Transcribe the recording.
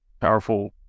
Powerful